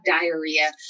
diarrhea